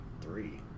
three